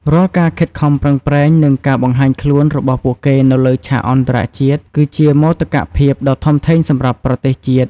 រាល់ការខិតខំប្រឹងប្រែង និងការបង្ហាញខ្លួនរបស់ពួកគេនៅលើឆាកអន្តរជាតិ គឺជាមោទកភាពដ៏ធំធេងសម្រាប់ប្រទេសជាតិ។